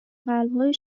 قلبهای